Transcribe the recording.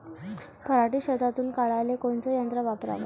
पराटी शेतातुन काढाले कोनचं यंत्र वापराव?